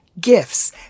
gifts